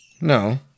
No